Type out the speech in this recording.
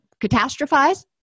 catastrophize